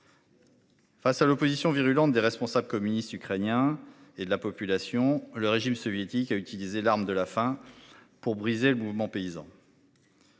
Face à l'opposition virulente des responsables communistes ukrainiens et de la population le régime soviétique à utiliser l'arme de la faim pour briser le mouvement paysan.